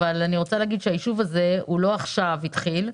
היישוב הזה לא התחיל עכשיו.